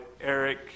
Eric